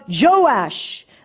Joash